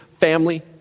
family